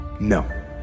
No